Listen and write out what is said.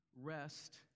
rest